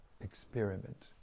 experiment